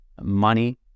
money